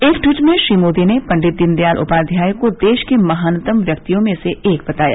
एक ट्वीट में श्री मोदी ने पंडित दीनदयाल उपाध्याय को देश के महानतम व्यक्तियों में से एक बताया